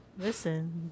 Listen